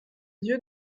dieu